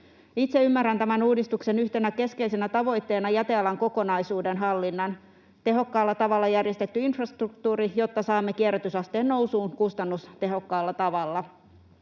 Itse ymmärrän tämän uudistuksen yhtenä keskeisenä tavoitteena jätealan kokonaisuuden hallinnan: tehokkaalla tavalla järjestetty infrastruktuuri, jotta saamme kierrätysasteen nousuun kustannustehokkaalla tavalla.